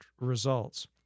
results